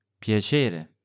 Piacere